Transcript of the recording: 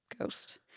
ghost